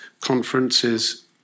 conferences